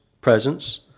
presence